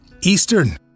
Eastern